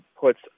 puts